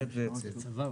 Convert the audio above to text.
אמת ויציב.